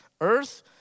earth